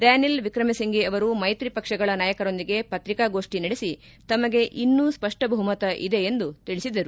ರನಿಲ್ ವಿಕ್ರಮೆಸಿಂಫೆ ಅವರು ಮೈತ್ರಿ ಪಕ್ಷಗಳ ನಾಯಕರೊಂದಿಗೆ ಪತ್ರಿಕಾಗೋಷ್ಠಿ ನಡೆಸಿ ತಮಗೆ ಇನ್ನೂ ಸ್ಪಷ್ಟ ಬಹುಮತ ಇದೆ ಎಂದು ತಿಳಿಸಿದರು